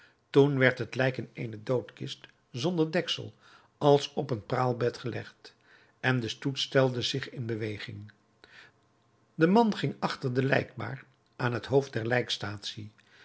toen werd het lijk in eene doodkist zonder deksel als op een praalbed gelegd en de stoet stelde zich in beweging de man ging achter de lijkbaar aan het hoofd der